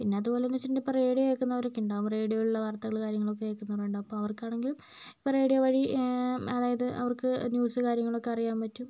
പിന്നതുപോലെന്ന് വച്ചിട്ടുണ്ടെങ്കി ൽ ഇപ്പോൾ റേഡിയോ കേക്കുന്നവരൊക്കെ ഉണ്ടാകും റേഡിയോകളിലെ വർത്തകള് കാര്യങ്ങളൊക്കെ കേക്കുന്നവരുണ്ടാകും അപ്പോൾ അവർക്കാണെങ്കിലും ഇപ്പോൾ റേഡിയോ വഴി അതായത് അവർക്ക് ന്യൂസ് കാര്യങ്ങളൊക്കെ അറിയാൻ പറ്റും